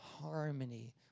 harmony